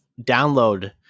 download